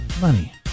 Money